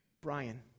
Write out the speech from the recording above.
Brian